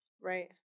Right